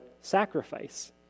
sacrifice